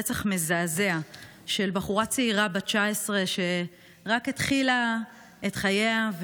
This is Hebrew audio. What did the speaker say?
רצח מזעזע של בחורה צעירה בת 19 שרק התחילה את חייה,